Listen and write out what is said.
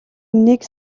үнэнийг